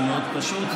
זה מאוד פשוט,